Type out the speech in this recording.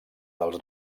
dels